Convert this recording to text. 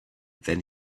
then